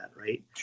Right